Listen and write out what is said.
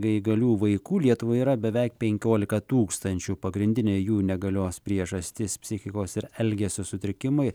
neįgalių vaikų lietuvoje yra beveik penkiolika tūkstančių pagrindinė jų negalios priežastis psichikos ir elgesio sutrikimai